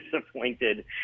disappointed